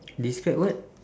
describe what